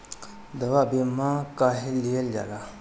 दवा बीमा काहे लियल जाला?